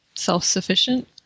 self-sufficient